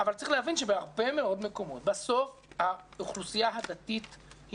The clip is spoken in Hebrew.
אבל צריך להבין שבסוף האוכלוסייה הדתית היא